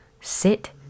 sit